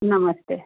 नमस्ते